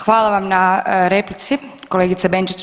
Hvala vam na replici kolegice Benčić.